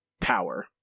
power